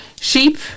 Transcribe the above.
Sheep